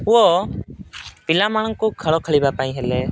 ଓ ପିଲାମାନଙ୍କୁ ଖେଳ ଖେଳିବା ପାଇଁ ହେଲେ